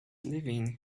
leaving